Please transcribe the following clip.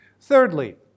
Thirdly